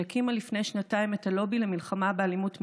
שהקימה לפני שנתיים את הלובי למלחמה באלימות מינית,